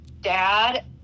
dad